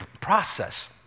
process